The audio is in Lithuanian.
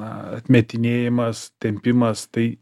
na atmetinėjimas tempimas tai